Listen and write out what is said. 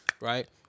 Right